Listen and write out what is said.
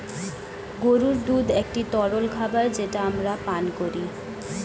গরুর দুধ একটি তরল খাবার যেটা আমরা পান করি